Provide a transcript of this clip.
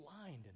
blind